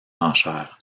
enchères